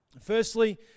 Firstly